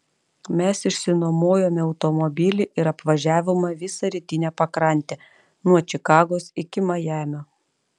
mes išsinuomojome automobilį ir apvažiavome visą rytinę pakrantę nuo čikagos iki majamio